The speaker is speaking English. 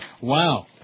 Wow